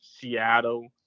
Seattle